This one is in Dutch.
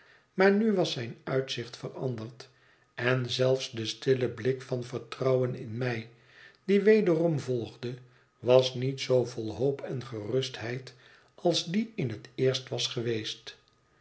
maar nu was zijn uitzicht veranderd en zelfs de stille blik van vertrouwen in mij die wederom volgde was niet zoo vol hoop en gerustheid als die in het eerst was geweest